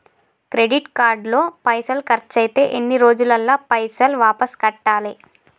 Credit card లో పైసల్ ఖర్చయితే ఎన్ని రోజులల్ల పైసల్ వాపస్ కట్టాలే?